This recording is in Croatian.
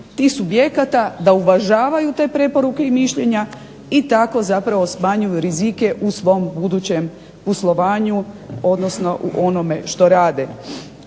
tih subjekata da uvažavaju te preporuke i mišljenja i tako zapravo smanjuju rizike u svom budućem poslovanju odnosno u onome što rade.